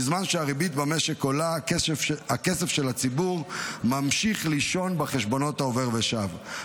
בזמן שהריבית במשק עולה הכסף של הציבור ממשיך לישון בחשבונות העובר ושב,